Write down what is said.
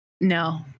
No